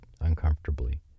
uncomfortably